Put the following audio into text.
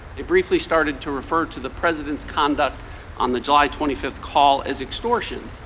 they briefly started to refer to the president's conduct on the july twenty five call as extortion.